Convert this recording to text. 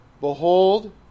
Behold